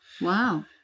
Wow